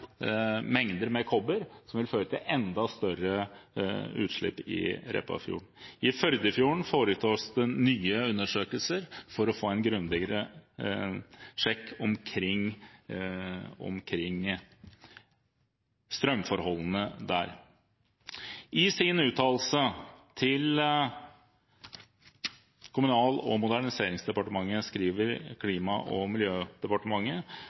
mengder med kobber, som vil føre til enda større utslipp i Repparfjorden. I Førdefjorden foretas det nye undersøkelser for å få en grundigere sjekk omkring strømforholdene der. I sin uttalelse til Kommunal- og moderniseringsdepartementet skriver Klima- og miljødepartementet